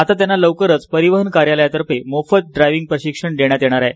आता त्यांना लवकरच परिवहन कार्यालयातर्फे मोफत ड्रायविंग प्रशिक्षण देण्यात येणार आहे